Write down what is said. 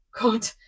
god